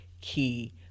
key